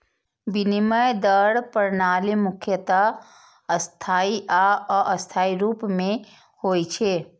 विनिमय दर प्रणाली मुख्यतः स्थायी आ अस्थायी रूप मे होइ छै